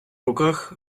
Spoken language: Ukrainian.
руках